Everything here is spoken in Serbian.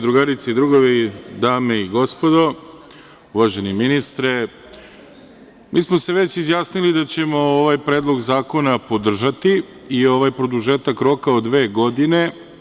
Drugarice i drugovi, dame i gospodo, uvaženi ministre, mi smo se već izjasnili da ćemo ovaj predlog zakona podržati i ovaj produžetak roka od dve godine.